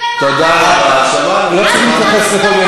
אנחנו נביא